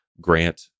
grant